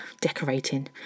decorating